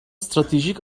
stratejik